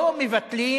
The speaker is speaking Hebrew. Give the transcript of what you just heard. לא מבטלים